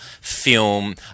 film